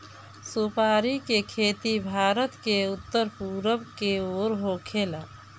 सुपारी के खेती भारत के उत्तर पूरब के ओर होखेला